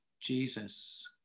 Jesus